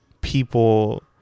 people